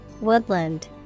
Woodland